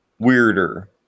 Weirder